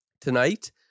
Tonight